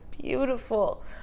beautiful